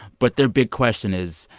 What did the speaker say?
but their big question is,